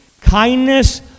kindness